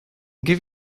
give